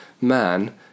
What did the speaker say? man